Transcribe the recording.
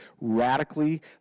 radically